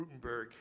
Rutenberg